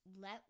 let